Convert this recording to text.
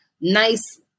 nice